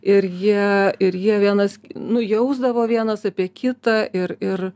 ir jie ir jie vienas nujausdavo vienas apie kitą ir ir